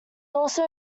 also